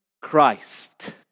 Christ